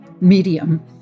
medium